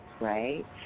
right